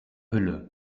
hülle